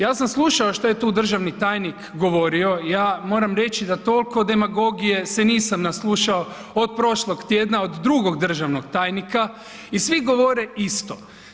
Ja sam slušao šta je tu državni tajnik govorio, ja moram reći da toliko demagogije se nisam naslušao od prošlog tjedna od drugog državnog tajnika i svi govore isto.